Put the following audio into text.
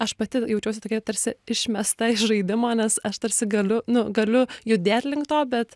aš pati jaučiuosi tokia tarsi išmesta iš žaidimo nes aš tarsi galiu nu galiu judėt link to bet